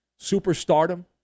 superstardom